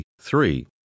three